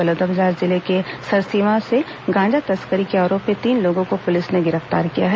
बलौदाबाजार जिले के सरसींवा से गांजा तस्करी के आरोप में तीन लोगों को पुलिस ने गिरफ्तार किया है